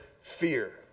fear